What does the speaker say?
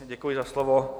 Děkuji za slovo.